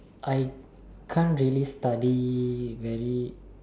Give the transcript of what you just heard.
I can't really study very